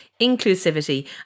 inclusivity